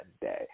Day